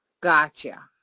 Gotcha